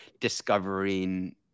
discovering